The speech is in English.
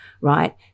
right